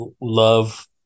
love